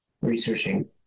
researching